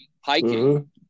hiking